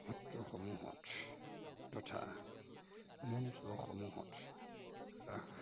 সত্ৰসমূহত তথা মঞ্চসমূহত ৰাস